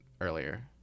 earlier